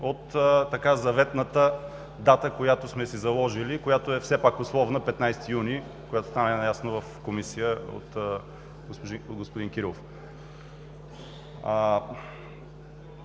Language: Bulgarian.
от заветната дата, която сме си заложили и която е все пак условна – 15 юни, както стана ясно в Комисията на господин Кирилов.